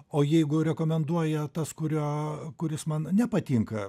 o jeigu rekomenduoja tas kurio kuris man nepatinka